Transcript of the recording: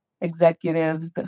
executives